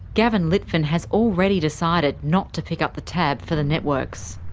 gavin litfin has already decided not to pick up the tab for the networks.